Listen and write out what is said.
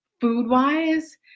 food-wise